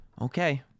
Okay